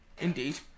Indeed